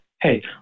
hey